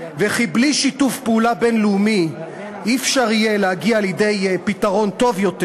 וכי בלי שיתוף פעולה בין-לאומי לא יהיה אפשר להגיע לידי פתרון טוב יותר"